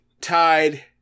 tied